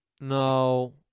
No